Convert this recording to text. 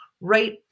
right